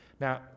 Now